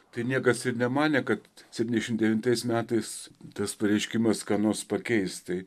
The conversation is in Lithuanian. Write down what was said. tai niekas ir nemanė kad septyniasdešimt devintais metais tas pareiškimas ką nors pakeis tai